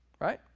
right